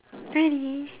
really